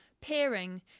peering